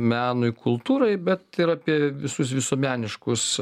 menui kultūrai bet ir apie visus visuomeniškus